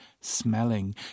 smelling